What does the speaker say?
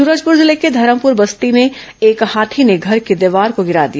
सूरजपुर जिले के धरमपुर पुरानी बस्ती में एक हाथी ने घर की दीवार को गिरा दिया